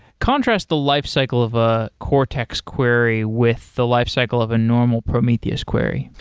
contrast the lifecycle of a cortex query with the lifecycle of a normal prometheus query.